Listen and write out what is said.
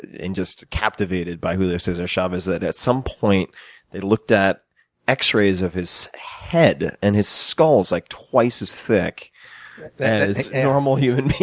and just captivated by julio cesar chavez and at some point they looked at x-rays of his head and his skull is like twice as thick as a normal human being.